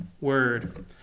word